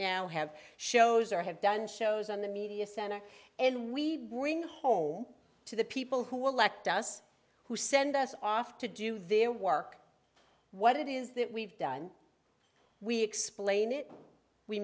now have shows or have done shows on the media center and we bring home to the people who elect us who send us off to do their work what it is that we've done we explain it we